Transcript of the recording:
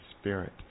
spirit